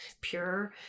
pure